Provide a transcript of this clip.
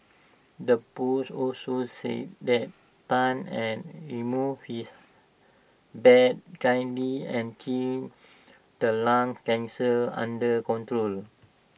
the post also said that Tan had removed his bad kidney and kept the lung cancer under control